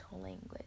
language